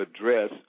address